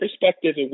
perspective